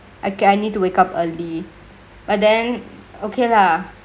okay I need to wake up early but then okay lah